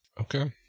Okay